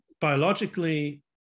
biologically